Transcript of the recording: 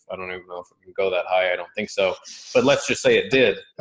i don't even know if um i can go that high. i don't think so. but let's just say it did.